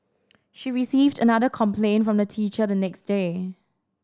she received another complaint from the teacher the next day